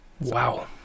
wow